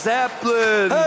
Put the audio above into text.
Zeppelin